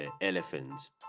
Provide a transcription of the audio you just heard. elephants